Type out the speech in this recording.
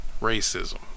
racism